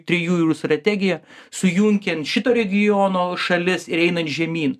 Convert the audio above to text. trijų jūrų strategija sujungiant šito regiono šalis ir einant žemyn